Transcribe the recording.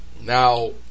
Now